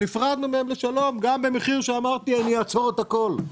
נפרדנו מהם לשלום גם במחיר שאמרתי שאני אעצור את הכול.